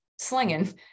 slinging